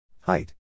Height